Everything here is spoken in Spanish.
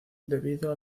debido